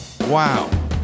wow